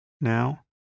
now